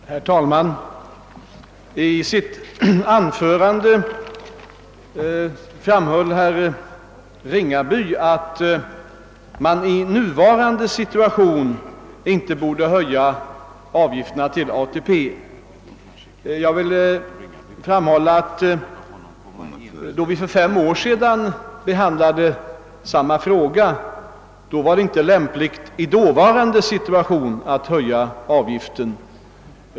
Herr talman! Herr Ringaby framhöll att vi i nuvarande situation inte borde höja avgifterna till ATP. Jag vill i anledning därav påpeka att när vi för fem år sedan behandlade samma fråga ansågs det, i den dåvarande situationen, inte heller lämpligt att höja avgifterna.